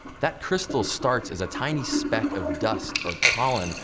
that crystal starts as a tiny speck of dust, or pollen,